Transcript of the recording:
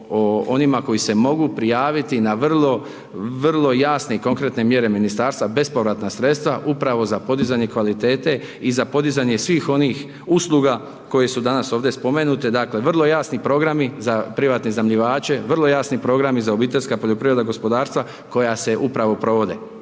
onima koji se mogu prijaviti na vrlo, vrlo jasne i konkretne mjere ministarstva, bespovratna sredstva upravo za podizanje kvalitete i za podizanje svih onih usluga koje su danas ovdje spomenute, dakle, vrlo jasni programi za privatne iznajmljivače, vrlo jasni programi za obiteljska poljoprivredna gospodarstva koja se upravo provode.